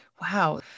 Wow